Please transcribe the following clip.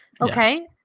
Okay